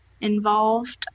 involved